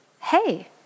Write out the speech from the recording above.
hey